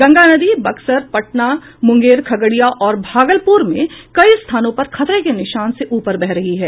गंगा नदी बक्सर पटना मुंगेर खगड़िया और भागलपुर में कई स्थानों पर खतरे के निशान से ऊपर बह रही है